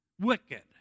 Wicked